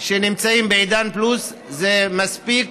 שנמצאים בעידן פלוס זה מספיק